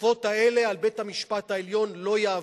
שההתקפות האלה על בית-המשפט העליון לא יעברו.